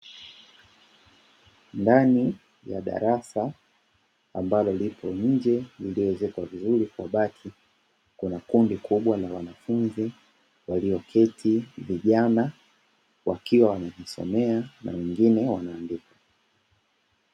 Ndani ya darasa ambalo lipo nje lilioezekwa vizuri kwa bati , kuna kundi kubwa la wanafunzi walioketi vijana wakiwa wanajisomea na wengine wanaandika.